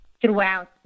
throughout